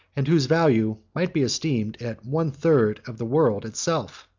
and whose value might be esteemed at one third of the world itself.